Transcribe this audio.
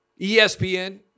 ESPN